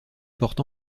porte